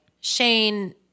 Shane –